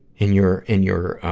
in your, in your, ah,